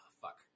Fuck